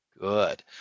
Good